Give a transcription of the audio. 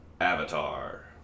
Avatar